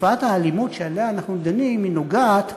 תופעת האלימות שעליה אנחנו דנים נוגעת,